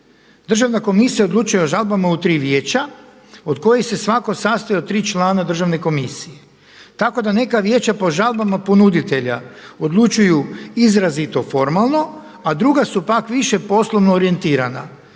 Državna komisija odlučuje o žalbama u tri vijeća od kojih se svako sastoji od 3 člana Državne komisije. Tako da neka vijeća po žalbama ponuditelja odlučuju izrazito formalno, a druga su pak više poslovno orijentirana,